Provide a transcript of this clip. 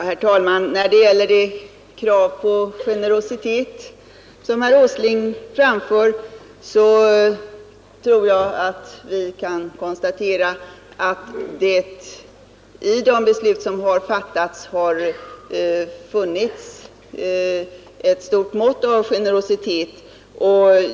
Herr talman! När det gäller det krav på generositet som herr Åsling framför tror jag att vi kan konstatera att det i de beslut som redan har fattats har funnits stort mått av generositet.